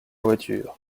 voiture